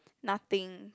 nothing